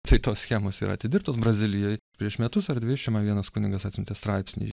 tai tos schemos yra atidirbtos brazilijoj prieš metus ar dvidešim man vienas kunigas atsiuntė straipsnį